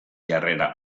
jarrera